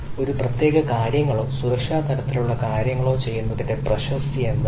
ഒരു പ്രത്യേക കാര്യങ്ങളോ സുരക്ഷാ തരത്തിലുള്ള കാര്യങ്ങളോ ചെയ്യുന്നതിന്റെ പ്രശസ്തി എന്താണ്